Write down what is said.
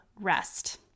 rest